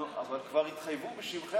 נו, אבל כבר התחייבו בשמכם.